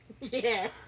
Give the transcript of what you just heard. Yes